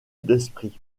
d’esprit